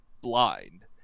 blind